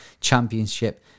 championship